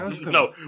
No